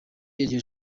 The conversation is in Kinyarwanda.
iryo